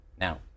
Now